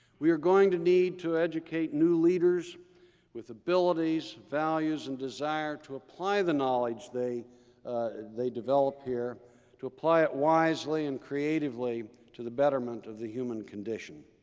we are going to need to educate new leaders with abilities, values, and desire to apply the knowledge they they develop here to apply it wisely and creatively to the betterment of the human condition.